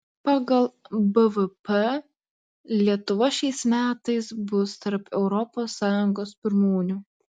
pagal bvp lietuva šiais metais bus tarp europos sąjungos pirmūnių